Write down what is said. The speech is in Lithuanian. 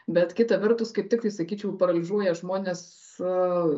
bet kita vertus kaip tik tai sakyčiau paralyžiuoja žmones su